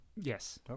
Yes